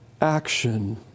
action